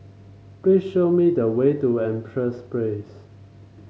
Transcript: please show me the way to Empress Place